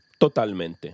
totalmente